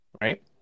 right